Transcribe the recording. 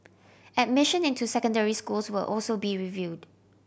admission into secondary schools will also be reviewed